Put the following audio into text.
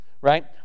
right